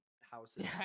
houses